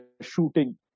shooting